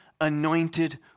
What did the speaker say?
anointed